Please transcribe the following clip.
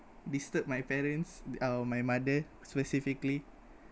disturb my parents or my mother specifically